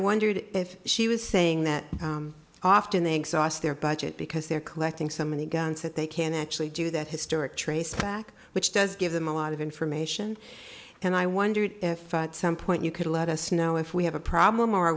wondered if she was saying that often they exhaust their budget because they're collecting so many guns that they can actually do that historic trace back which does give them a lot of information and i wonder if some point you could let us know if we have a problem are